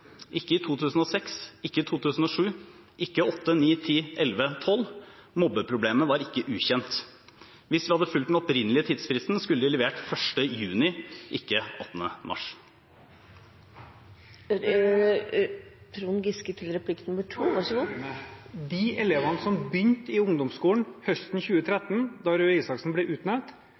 ikke i 2006, ikke i 2007, ikke i -08, -09, -10, -11 eller -12. Mobbeproblemet var ikke ukjent. Hvis vi hadde fulgt den opprinnelige tidsfristen, skulle de levert 1. juni 2015, ikke den 18. mars. President, forestill deg følgende: De elevene som begynte i ungdomsskolen høsten 2013, da Røe Isaksen ble utnevnt,